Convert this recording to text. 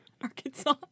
Arkansas